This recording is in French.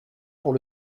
pour